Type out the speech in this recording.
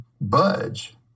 budge